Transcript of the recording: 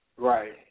Right